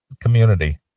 community